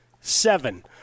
seven